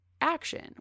action